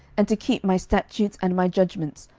and to keep my statutes and my judgments,